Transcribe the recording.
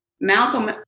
Malcolm